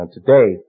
Today